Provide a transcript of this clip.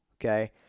okay